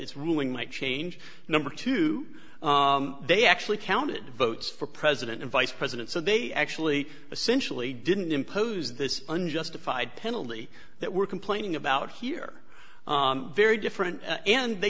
its ruling might change number two they actually counted votes for president and vice president so they actually essentially didn't impose this unjustified penalty that we're complaining about here very different and they